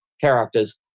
characters